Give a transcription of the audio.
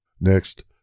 Next